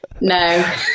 no